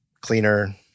cleaner